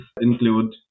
include